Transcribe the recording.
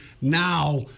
now